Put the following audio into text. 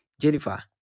jennifer